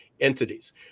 entities